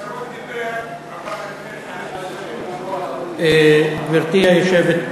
מסעוד דיבר, גם כל החרדים אותו דבר.